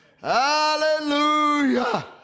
Hallelujah